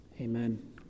Amen